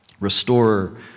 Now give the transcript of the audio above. Restorer